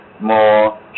more